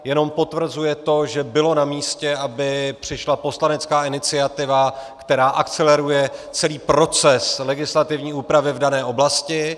Jenom potvrzuje to, že bylo namístě, aby přišla poslanecká iniciativa, která akceleruje celý proces legislativní úpravy v dané oblasti.